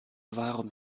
warum